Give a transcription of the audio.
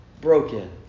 broken